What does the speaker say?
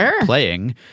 playing